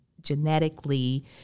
genetically